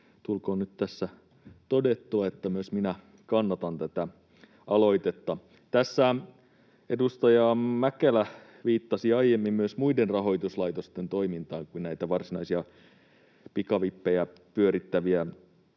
tulkoon nyt tässä todettua, että myös minä kannatan tätä aloitetta. Tässä edustaja Mäkelä viittasi aiemmin myös muiden rahoituslaitosten toimintaan kuin näiden varsinaisia pikavippejä pyörittävien